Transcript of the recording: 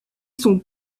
son